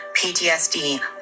PTSD